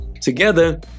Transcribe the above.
together